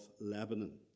Lebanon